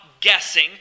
guessing